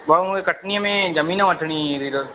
भाउ मूंखे कटनीअ में ज़मीन वठिणी हुई